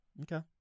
okay